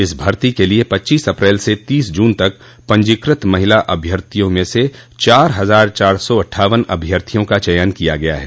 इस भर्ती के लिए पच्चीस अप्रैल से तीस जून तक पंजीकृत महिला अभ्यर्थियों में से चार हजार चार सौ अट्ठावन अभ्यर्थियों का चयन किया गया है